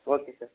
okay sir